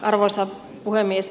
arvoisa puhemies